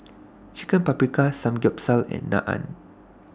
Chicken Paprikas Samgeyopsal and Naan